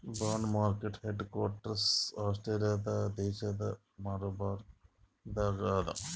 bond market headquarters Australia ದೇಶ್ Melbourne ದಾಗ್ ಅದಾ